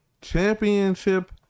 championship